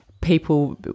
people